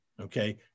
okay